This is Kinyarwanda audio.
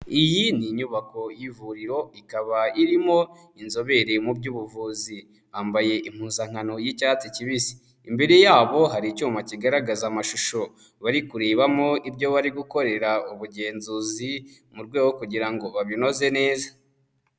Iyi ni inyubako y'ivuriro ikaba irimo inzobere mu by'ubuvuzi, bambaye impuzankano y'icyatsi kibisi, imbere yabo hari icyuma kigaragaza amashusho bari kurebamo ibyo bari gukorera ubugenzuzi mu rwego kugira ngo babinoze neza.